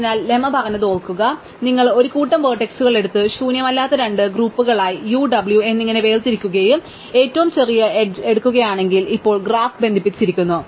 അതിനാൽ ലെമ്മ പറഞ്ഞത് ഓർക്കുക നിങ്ങൾ ഒരു കൂട്ടം വേർട്ടക്സുകൾ എടുത്ത് ശൂന്യമല്ലാത്ത രണ്ട് ഗ്രൂപ്പുകളായി U W എന്നിങ്ങനെ വേർതിരിക്കുകയും ഞങ്ങൾ ഏറ്റവും ചെറിയ എഡ്ജ് എടുക്കുകയാണെങ്കിൽ ഇപ്പോൾ ഗ്രാഫ് ബന്ധിപ്പിച്ചിരിക്കുന്നു